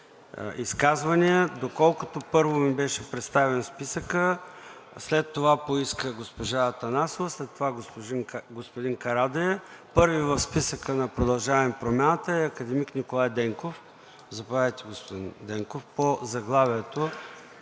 изказвания, доколкото първо ми беше представен списъкът, след това поиска госпожа Атанасова, след това господин Карадайъ. Първи в списъка на „Продължаваме Промяната“ е академик Николай Денков. Заповядайте, господин Денков, по заглавието.